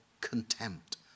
contempt